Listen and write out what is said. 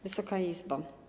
Wysoka Izbo!